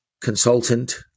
consultant